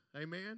Amen